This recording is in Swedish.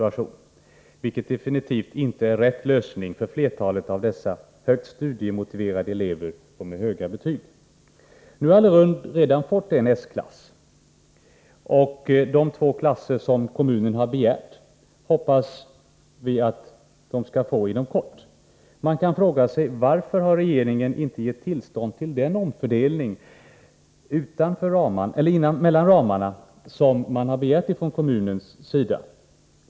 Detta är ju definitivt inte rätt lösning för flertalet av dessa elever, som är högt studiemotiverade och har höga betyg. Nu har Lund redan fått en S-klass, och de två klasser som kommunen har begärt hoppas vi att kommunen skall få inom kort. Man kan fråga sig: Varför har regeringen inte gett tillstånd till den omfördelning mellan ramarna som kommunen begärt?